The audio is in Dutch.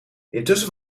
intussen